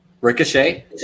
Ricochet